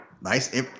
nice